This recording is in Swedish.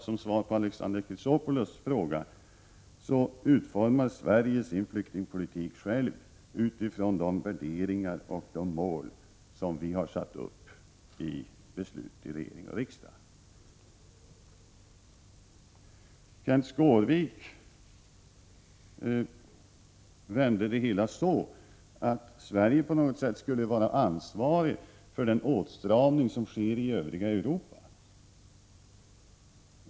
Som svar på Alexander Chrisopoulos fråga kan jag säga att vi utformar vår flyktingpolitik själva utifrån de värderingar och de mål vi har satt upp i regering och riksdag. Kenth Skårvik vände det hela så att Sverige på något sätt skulle vara ansvarigt för den åtstramning som sker i övriga Europa.